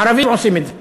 ערבים עושים את זה.